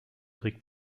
trick